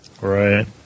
Right